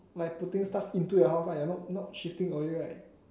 like putting stuff into your house right you are not not shifting away right